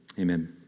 amen